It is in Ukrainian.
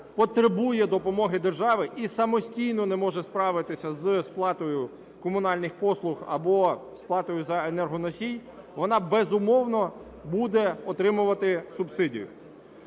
потребує допомоги держави і самостійно не може справитися із сплатою комунальних послуг або із сплатою за енергоносій, вона, безумовно, буде отримувати субсидію.